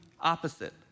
opposite